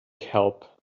help